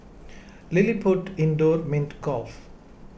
LilliPutt Indoor Mini Golf